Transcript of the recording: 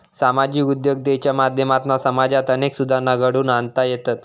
सामाजिक उद्योजकतेच्या माध्यमातना समाजात अनेक सुधारणा घडवुन आणता येतत